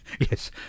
Yes